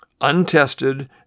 untested